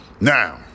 Now